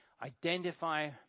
Identify